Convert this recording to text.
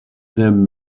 them